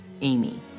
Amy